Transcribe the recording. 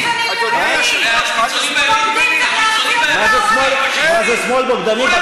מה זה שמאל בוגדני?